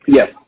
Yes